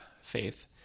faith